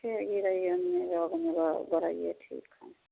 के ई निरोग गरैए ठीक हइ